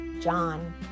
John